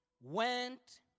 went